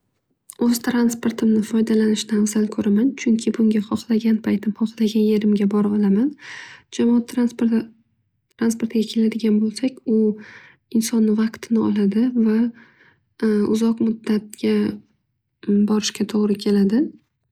O'z transportimni foydalanishni afzal ko'raman. Chunki bunga hohlagan yerimga boraolaman. Jamoat transportiga keladigan bo'lsak bu insonni vaqtini oladi va uzoq muddatga borishga to'g'ri keladi.